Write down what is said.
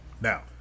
Now